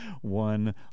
one